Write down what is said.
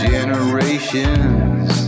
Generations